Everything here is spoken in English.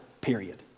period